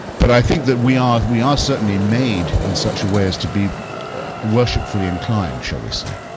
but i think that we are we are certainly made in such a way to be worshipfully inclined, shall we say.